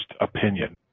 opinion